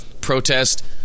protest